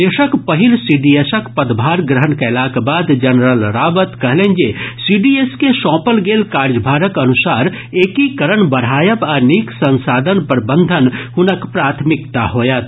देशक पहिल सीडीएसक पदभार ग्रहण कयलाक बाद जनरल रावत कहलनि जे सीडीएस कॅ सौंपल गेल कार्यभारक अनुसार एकीकरण बढ़ायब आ नीक संसाधन प्रबंधन हुनक प्राथमिकता होयत